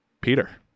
Peter